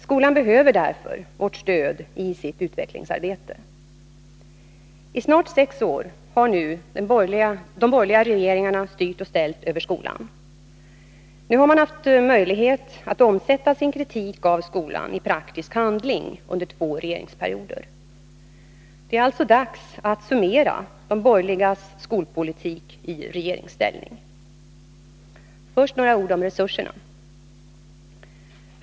Skolan behöver därför vårt stöd i sitt utvecklingsarbete. I snart sex år har nu de borgerliga regeringarna styrt och ställt över skolan. Nu har man haft möjlighet att omsätta sin kritik av skolan i praktisk handling under två regeringsperioder. Det är alltså dags att summera de borgerligas skolpolitik i regeringsställning. Först några ord om resurserna.